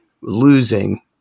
losing